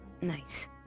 Nice